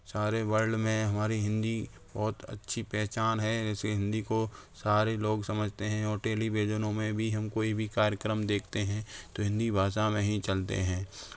सारे वर्ल्ड में हमारी हिंदी बहुत अच्छी पहचान है जैसे हिंदी को सारे लोग समझते हैं और टेलीविजनों में भी हम कोई भी कार्यक्रम देखते हैं तो हिंदी भाषा में ही चलते हैं